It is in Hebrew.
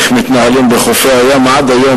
איך מתנהלים בחופי-הים עד היום,